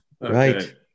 Right